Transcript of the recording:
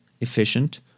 efficient